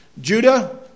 Judah